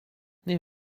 nie